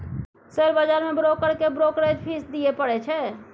share बजार मे broker केँ ब्रोकरेज फीस दियै परै छै